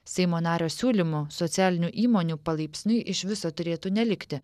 seimo nario siūlymu socialinių įmonių palaipsniui iš viso turėtų nelikti